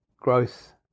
growth